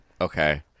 Okay